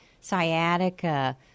sciatica